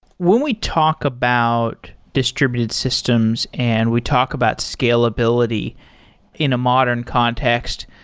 when we talk about distributed systems and we talk about scalability in a modern context,